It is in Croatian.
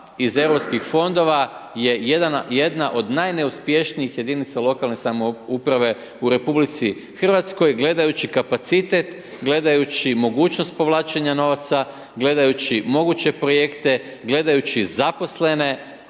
iz EU fondova je jedna od najneuspješnijih jedinica lokalne samouprave u RH gledaju kapacitet, gledajući mogućnost povlačenja novaca, gledajući moguće projekte, gledajući zaposlene